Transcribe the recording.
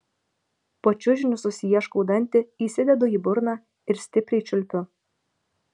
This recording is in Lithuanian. po čiužiniu susiieškau dantį įsidedu į burną ir stipriai čiulpiu